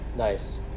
Nice